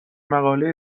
مقاله